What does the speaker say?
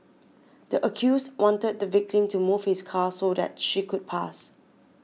the accused wanted the victim to move his car so that she could pass